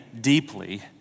deeply